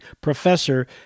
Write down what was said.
professor